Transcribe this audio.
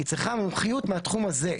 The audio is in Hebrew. היא צריכה מומחיות מהתחום הזה.